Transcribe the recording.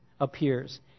appears